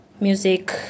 music